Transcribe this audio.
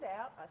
out